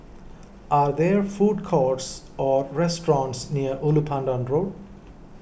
are there food courts or restaurants near Ulu Pandan Road